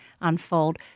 unfold